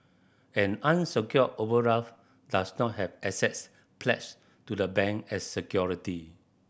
an unsecured overdraft does not have assets pledged to the bank as security